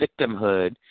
victimhood